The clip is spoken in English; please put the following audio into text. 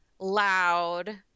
loud